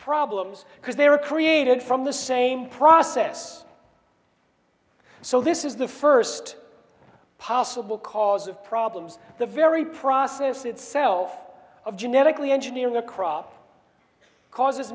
problems because they were created from the same process so this is the first possible cause of problems the very process itself of genetically engineering a crop causes